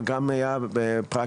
אבל גם היה פרקטי.